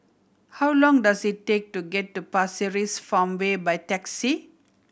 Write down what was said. how long does it take to get to Pasir Ris Farmway by taxi